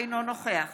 אינו נוכח